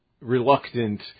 reluctant